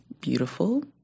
beautiful